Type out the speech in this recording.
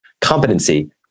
competency